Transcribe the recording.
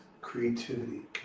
creativity